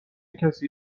کسی